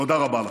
תודה רבה לכם.